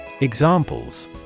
Examples